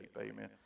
Amen